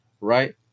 right